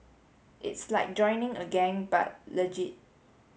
it's like joining a gang but legit